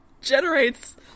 generates